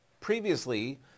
Previously